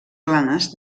planes